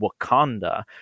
Wakanda